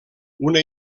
una